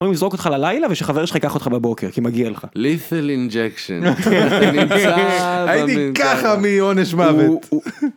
יכולים לזרוק אותך ללילה ושחבר שלך ייקח אותך בבוקר כי מגיע לך. לית'ל אינג'קשן... הייתי ככה מעונש מוות, הוא הוא...